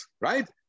right